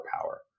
power